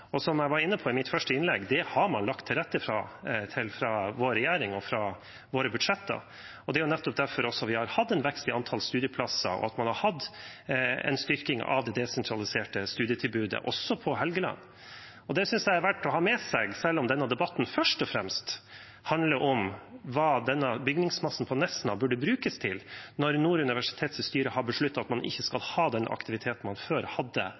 Som jeg var inne på i mitt første innlegg: Det har man lagt til rette for fra regjeringen og i våre budsjetter, og det er nettopp derfor vi har hatt en vekst i antall studieplasser, og at man har hatt en styrking av det desentraliserte studietilbudet, også på Helgeland. Det synes jeg er verdt å ha med seg, selv om denne debatten først og fremst handler om hva denne bygningsmassen på Nesna burde brukes til når Nord universitets styre har besluttet at man ikke skal ha den aktiviteten man før hadde